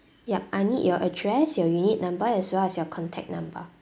yup I need your address your unit number as well as your contact number